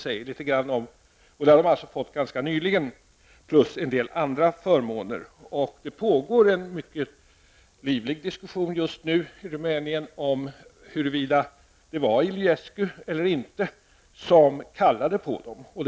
Det har de fått ganska nyligen plus vissa andra förmåner. Detta säger en del. Det pågår en mycket livlig diskussion just nu i Rumänien om huruvida det var Iliescu som kallade på gruvarbetarna eller inte.